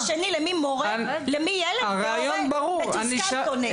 והשני למי ילד מתוסכל פונה?